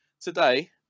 today